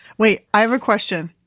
wait, i have a question.